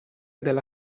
della